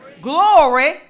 glory